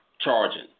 Charging